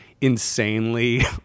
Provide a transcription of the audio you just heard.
insanely